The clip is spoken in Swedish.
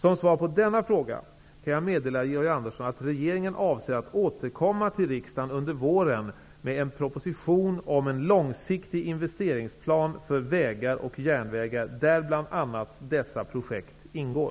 Som svar på denna fråga kan jag meddela Georg Andersson att regeringen avser att återkomma till riksdagen under vårn med en proposition om en långsiktig investeringsplan för vägar och järnvägar där bl.a. dessa projekt ingår.